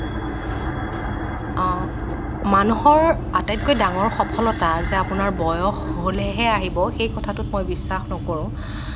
মানুহৰ আটাইতকৈ ডাঙৰ সফলতা যে আপোনাৰ বয়স হ'লেহে আহিব সেই কথাটোত মই বিশ্বাস নকৰোঁ